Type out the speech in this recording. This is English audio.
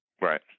Right